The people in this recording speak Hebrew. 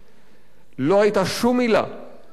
לא היתה שום עילה לפסילה הזאת.